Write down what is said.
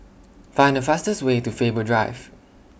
Find The fastest Way to Faber Drive